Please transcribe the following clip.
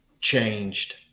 changed